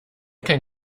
kein